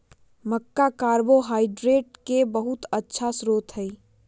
मक्का carbohydrate के बहुत अच्छा स्रोत हई